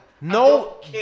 no